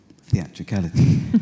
theatricality